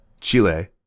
Chile